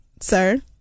Sir